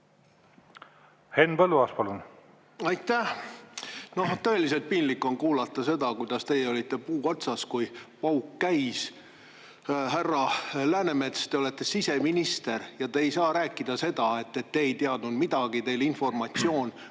Henn Põlluaas, palun! Aitäh! No tõeliselt piinlik on kuulata seda, kuidas teie olite puu otsas, kui pauk käis. Härra Läänemets, te olete siseminister ja te ei saa rääkida seda, et te ei teadnud midagi, teil informatsioon